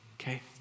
Okay